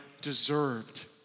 deserved